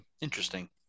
Interesting